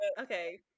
okay